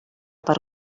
per